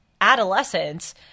adolescents